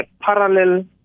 parallel